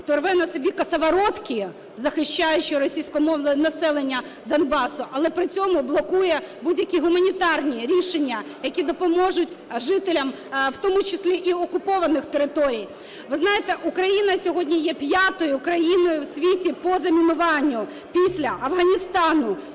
рве на собі косоворотки, захищаючи російськомовне населення Донбасу, але при цьому блокує будь-які гуманітарні рішення, які допоможуть жителям, в тому числі і окупованих територій. Ви знаєте, Україна сьогодні є п'ятою країною в світі по замінуванню після Афганістану,